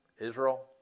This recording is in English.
Israel